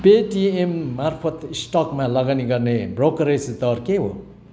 Paytm मार्फत स्टकमा लगानी गर्ने ब्रोकरेज दर के हो